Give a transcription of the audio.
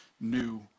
new